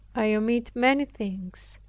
i omit many things,